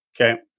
okay